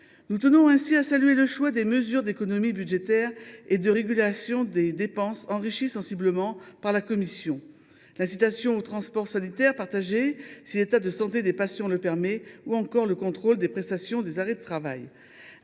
Nous tenons à saluer le choix des mesures d’économie budgétaire et de régulation des dépenses, enrichies sensiblement par la commission, telles que l’incitation au transport sanitaire partagé, si l’état de santé des patients le permet, ou encore le contrôle des prestations d’arrêts de travail.